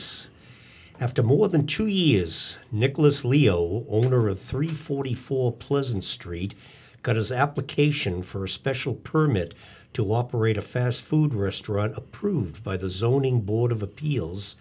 after more than two years nicholas leo owner of three forty four pleasant street got his application for a special permit to operate a fast food restaurant approved by the zoning board of appeals